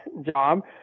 job